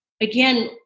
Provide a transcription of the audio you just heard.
again